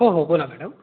हो हो बोला मॅडम